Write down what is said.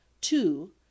two